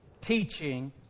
teaching